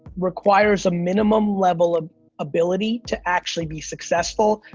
requires a minimum level of ability to actually be successful,